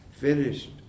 Finished